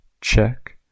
check